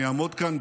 אני אעמוד כאן,